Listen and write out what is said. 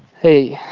hey.